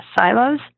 silos